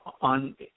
On